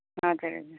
हजुर हजुर